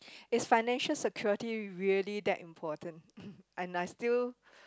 is financial security really that important and I still